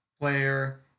player